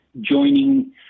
joining